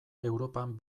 europan